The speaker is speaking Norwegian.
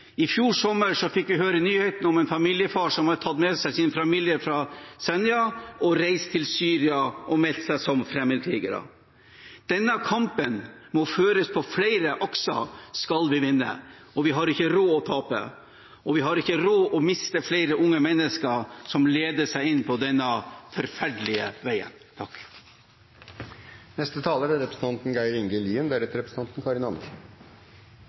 I fjor sommer fikk vi nyheten om en familiefar som hadde tatt med seg sin familie fra Senja og reist til Syria og meldt seg som fremmedkriger. Denne kampen må føres langs flere akser skal vi vinne. Vi har ikke råd til å tape, og vi har ikke råd til å miste flere unge mennesker som ledes inn på denne forferdelige veien. Eg vil starte med å takke interpellanten for å reise ei viktig problemstilling. Temaet er